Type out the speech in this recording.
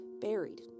buried